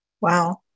Wow